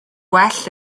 well